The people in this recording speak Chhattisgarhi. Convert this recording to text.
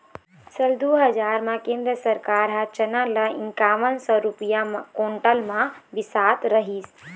साल दू हजार म केंद्र सरकार ह चना ल इंकावन सौ रूपिया कोंटल म बिसात रहिस